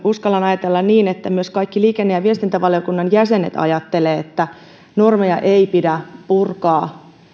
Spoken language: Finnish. uskallan ajatella niin että myös kaikki liikenne ja viestintävaliokunnan jäsenet ajattelevat että normeja ei pidä purkaa